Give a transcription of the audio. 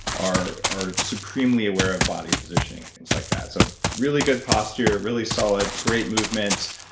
are are supremely aware of body positioning and things like that, so really good posture, really solid, great movement,